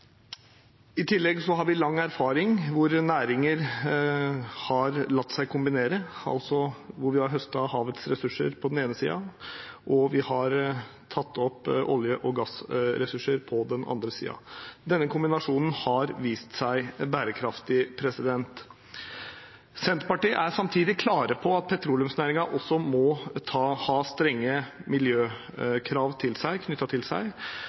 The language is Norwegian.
I tillegg har vi lang erfaring, hvor næringer har latt seg kombinere – hvor vi har høstet av havets ressurser på den ene siden og tatt opp olje- og gassressurser på den andre siden. Denne kombinasjonen har vist seg bærekraftig. Senterpartiet er samtidig klare på at petroleumsnæringen også må ha strenge miljøkrav knyttet til seg.